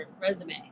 resume